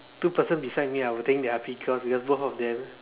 two person beside me I would think they are peacocks because both of them